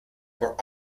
were